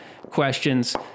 questions